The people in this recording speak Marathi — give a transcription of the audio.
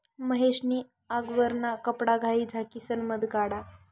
महेश नी आगवरना कपडाघाई झाकिसन मध काढा